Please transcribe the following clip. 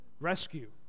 rescue